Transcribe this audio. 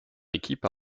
équipe